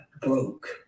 Broke